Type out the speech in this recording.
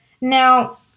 Now